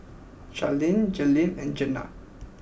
Carlene Jalen and Jeana